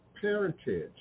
parentage